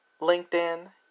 LinkedIn